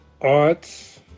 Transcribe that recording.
Arts